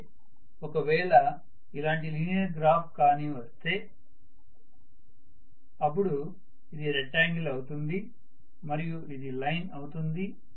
అదే ఒకవేళ ఇలాంటి లీనియర్ గ్రాఫ్ కానీ వస్తే అపుడు ఇది రెక్టాంగిల్ అవుతుంది మరియు ఇది లైన్ అవుతుంది